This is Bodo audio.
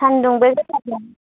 सानदुंबो गोसाथार